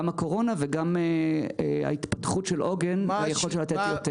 גם הקורונה וגם ההתפתחות של העוגן והיכולת שלה לתת יותר.